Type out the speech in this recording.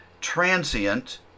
transient